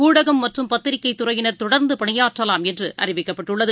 ஊடகம் மற்றும் பத்திரிகைதுறையினர் தொடர்ந்துபணியாற்றலாம் என்றுஅறிவிக்கப்பட்டுள்ளது